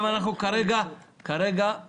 כרגע אנחנו